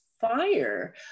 fire